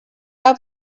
are